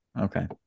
Okay